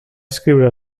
escriure